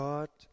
God